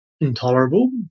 intolerable